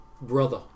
Brother